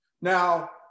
Now